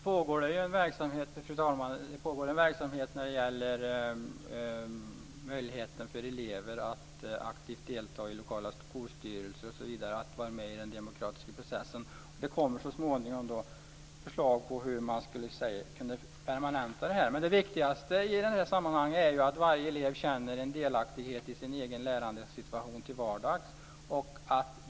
Fru talman! Det pågår ju en verksamhet när det gäller möjligheten för elever att aktivt delta i lokala skolstyrelser och att vara med i den demokratiska processen. Det kommer så småningom förslag på hur man skulle kunna permanenta den verksamheten. Men det viktigaste är att varje elev känner en delaktighet i sin egen lärandesituation till vardags.